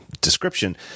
description